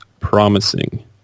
promising